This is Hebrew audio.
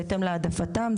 בהתאם להעדפתם.